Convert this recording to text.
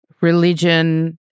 religion